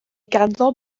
ganddo